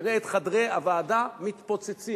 תראו את חדרי הוועדה מתפוצצים,